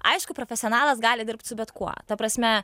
aišku profesionalas gali dirbt su bet kuo ta prasme